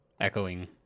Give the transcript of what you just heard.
echoing